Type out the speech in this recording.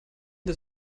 des